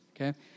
okay